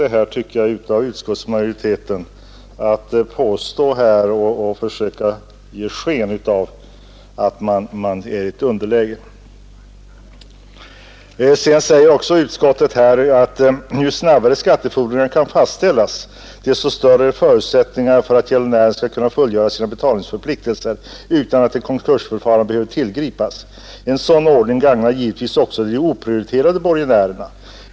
Det är en aning vårdslöst av utskottsmajoriteten att försöka ge sken av att det allmänna här är i ett underläge när det gäller dessa skattefordringar. Utskottet skriver också: ”Ju snabbare skattefordringarna kan fastställas, desto större är förutsättningarna för att gäldenären skall kunna fullgöra sina betalningsförpliktelser utan att ett konkursförfarande behöver tillgripas. En sådan ordning gagnar givetvis också de oprioriterade borgenärerna.